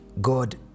God